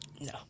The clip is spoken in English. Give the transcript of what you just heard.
No